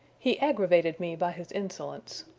he aggravated me by his insolence.